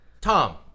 Tom